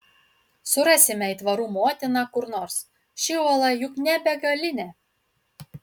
surasime aitvarų motiną kur nors ši uola juk ne begalinė